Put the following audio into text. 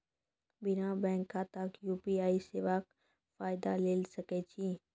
बिना बैंक खाताक यु.पी.आई सेवाक फायदा ले सकै छी?